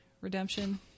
redemption